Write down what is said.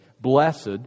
Blessed